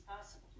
possible